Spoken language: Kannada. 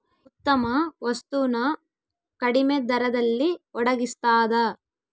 ಉತ್ತಮ ವಸ್ತು ನ ಕಡಿಮೆ ದರದಲ್ಲಿ ಒಡಗಿಸ್ತಾದ